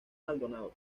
maldonado